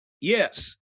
Yes